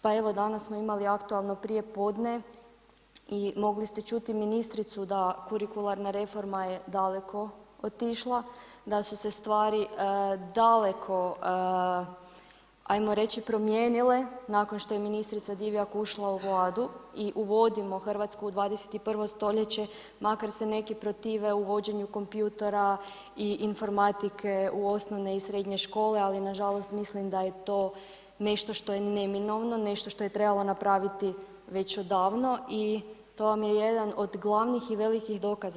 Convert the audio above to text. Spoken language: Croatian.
Pa evo danas smo imali aktualno prijepodne i mogli ste čuti ministricu da kurikularna reforma je daleko otišla, da su se stvari daleko ajmo reći promijenile nakon što je ministrica Divjak ušla u Vladu i uvodimo Hrvatsku u 21. stoljeće makar se neki protive uvođenju kompjutera i informatike u osnovne i srednje škole ali nažalost, mislim da je to nešto što je neminovno, nešto što je trebalo napraviti već odavno i to vam je jedan od glavnih i velikih dokaza.